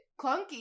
clunky